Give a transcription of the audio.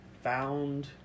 found